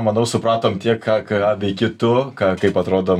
manau supratom tiek ką ką veiki tu ką kaip atrodo